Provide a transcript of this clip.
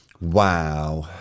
Wow